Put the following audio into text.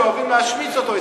שאוהבים להשמיץ אותו,